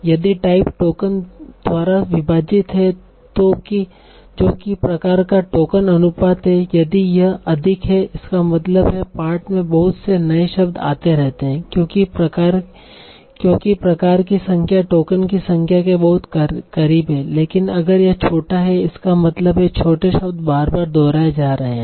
यदि type token द्वारा विभाजित है जो कि प्रकार का टोकन अनुपात है यदि यह अधिक है इसका मतलब है पाठ में बहुत से नए शब्द आते रहते हैं क्योंकि प्रकार की संख्या टोकन की संख्या के बहुत करीब है लेकिन अगर यह छोटा है इसका मतलब है छोटे शब्द बार बार दोहराए जा रहे हैं